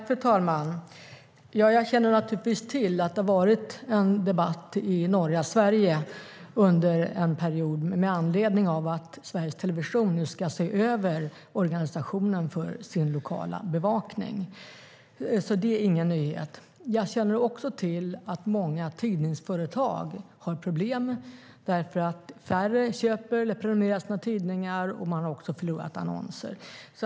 Fru talman! Jag känner naturligtvis till att det under en period har varit en debatt i norra Sverige med anledning av att Sveriges Television ska se över organiseringen av den lokala bevakningen. Det är alltså ingen nyhet. Jag känner också till att många tidningsföretag har problem därför att färre köper eller prenumererar på tidningar, och man har också förlorat annonser.